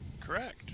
Correct